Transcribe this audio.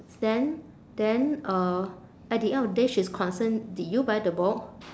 then then uh at the end of the day she is concerned did you buy the book